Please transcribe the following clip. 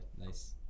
nice